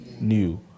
new